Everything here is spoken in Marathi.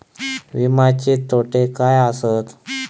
विमाचे तोटे काय आसत?